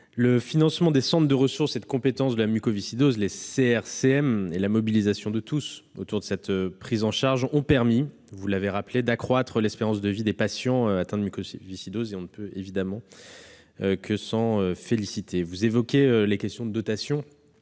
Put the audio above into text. le financement des centres de ressources et de compétences de la mucoviscidose et la mobilisation de tous autour de cette prise en charge ont permis d'accroître l'espérance de vie des patients atteints de mucoviscidose. On ne peut évidemment que s'en féliciter. Vous évoquez la question de la dotation.